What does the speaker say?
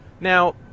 Now